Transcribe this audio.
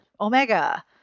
omega